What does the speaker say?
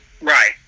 Right